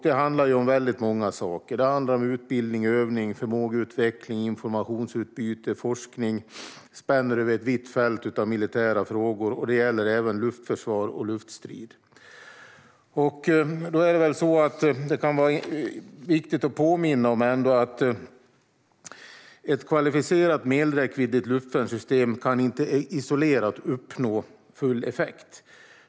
Det handlar om väldigt många saker. Det handlar om utbildning, övning, förmågeutveckling, informationsutbyte och forskning. Det spänner över ett vitt fält av militära frågor. Det gäller även luftförsvar och luftstrid. Det kan ändå vara viktigt att påminna om att ett kvalificerat medelräckviddigt luftvärnssystem inte isolerat kan uppnå full effekt.